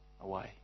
away